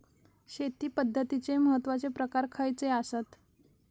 शेती पद्धतीचे महत्वाचे प्रकार खयचे आसत?